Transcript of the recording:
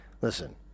listen